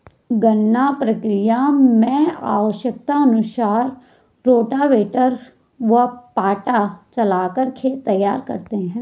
गन्ना प्रक्रिया मैं आवश्यकता अनुसार रोटावेटर व पाटा चलाकर खेत तैयार करें